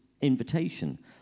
invitation